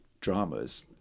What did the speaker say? dramas